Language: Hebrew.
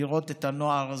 לראות את הנוער הזה,